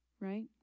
right